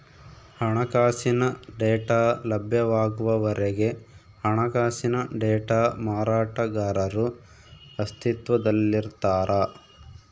ಹಣಕಾಸಿನ ಡೇಟಾ ಲಭ್ಯವಾಗುವವರೆಗೆ ಹಣಕಾಸಿನ ಡೇಟಾ ಮಾರಾಟಗಾರರು ಅಸ್ತಿತ್ವದಲ್ಲಿರ್ತಾರ